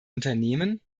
unternehmen